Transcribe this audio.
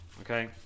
okay